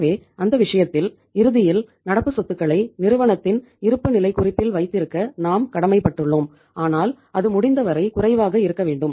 எனவே அந்த விஷயத்தில் இறுதியில் நடப்பு சொத்துக்களை நிறுவனத்தின் இருப்புநிலைக் குறிப்பில் வைத்திருக்க நாம் கடமைப்பட்டுள்ளோம் ஆனால் அது முடிந்தவரை குறைவாக இருக்க வேண்டும்